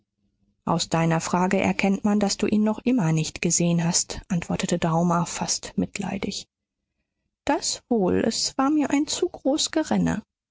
aus deiner frage erkennt man daß du ihn noch immer nicht gesehen hast antwortete daumer fast mitleidig das wohl es war mir ein zu groß